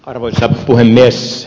arvoisa puhemies